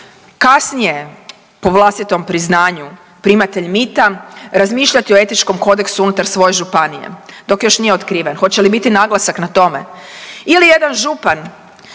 kasnije po vlastitom priznanju primatelj mita, razmišljati o etičkom kodeksu unutar svoje županije. Dok još nije otkriven. Hoće li biti naglasak na tome?